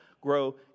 grow